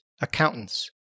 accountants